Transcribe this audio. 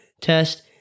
test